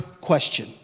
question